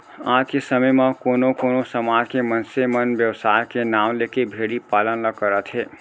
आज के समे म कोनो कोनो समाज के मनसे मन बेवसाय के नांव लेके भेड़ी पालन ल करत हें